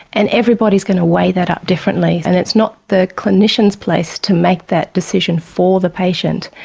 and everybody is going to weigh that up differently, and it's not the clinician's place to make that decision for the patient,